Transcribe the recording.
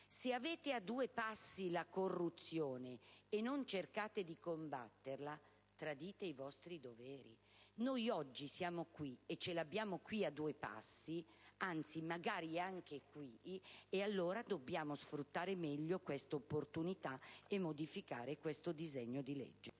se avete a due passi la corruzione e non cercate combatterla, tradite i vostri doveri». Noi ce l'abbiamo a due passi da noi, anzi magari anche qui, allora dobbiamo sfruttare meglio questa opportunità e modificare questo disegno di legge.